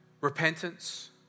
Repentance